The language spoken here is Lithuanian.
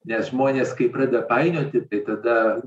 nes žmonės kai pradeda painioti tai tada